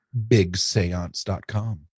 bigseance.com